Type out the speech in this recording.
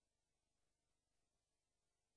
לא בפנייה להאג ולא בפנייה למועצת הביטחון.